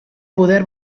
poder